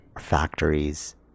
factories